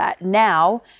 Now